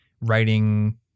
writing